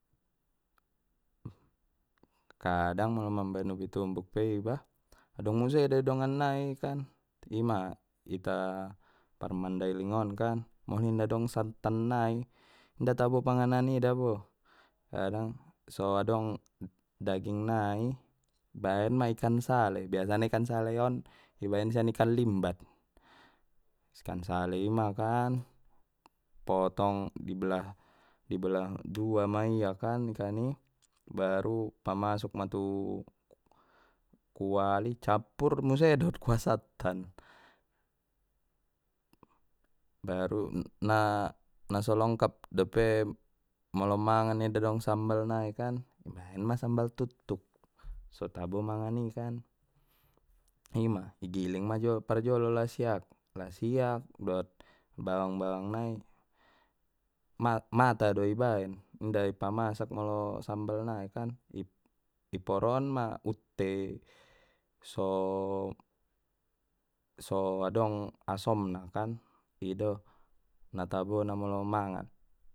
Kadang molo mambaen ubi tumbuk pe iba adong muse dei dongan nai kan ima ita parmandailing on kan molo inda dong santan nai inda tabo panganan i dabo kadang so adong daging nai baen ma ikan sale biasana ikan sale on ibaen sian ikan limbat, ikan sale i ma kan potong dibelah-dibelah dua ma ia kan ikan i baru pamasuk ma tu kuali cappur muse dot kuah sattan, baru na naso longkap dope molo mangan inda dong sambal nai kan baen ma sambal tuttuk so tabo mangani kan ima igiling ma jo parjolo lasiak lasiak dot bawang bawang nai ma-mata do ibaen inda i pamasak molo sambal naikan i iporo on ma utte so so adong asom na kan ido natabo na molo mangan.